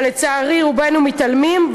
אבל לצערי רובנו מתעלמים,